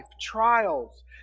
trials